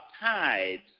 tides